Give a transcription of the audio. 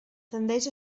tendeix